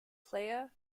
playa